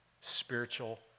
Spiritual